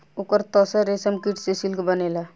ओकर तसर रेशमकीट से सिल्क बनेला